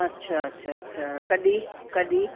अच्छा अच्छा अच्छा कॾहिं कॾहिं